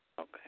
Okay